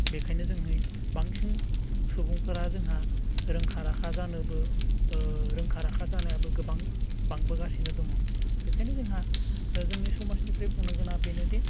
बेनिखायनो जोंनि बांसिन सुबुंफोरा जोंहा रोंखा राखा जानोबो रोंखा राखा जानायाबो गोबां बांबोगासिनो दङ बेनिखायनो जोंहा जोंनि समाजनिफ्राय बुंनो गोनाङा बेनो दि